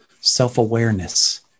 Self-awareness